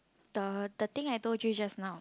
the the thing I told you just now